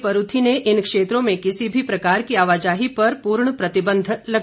उपायुक्त आरके परूथी ने इन क्षेत्रों में किसी भी प्रकार की आवाजाही पर पूर्ण प्रतिबंध रहेगा